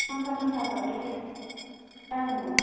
फांखा थांखाफ्राबो जागोन नामा